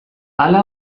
ala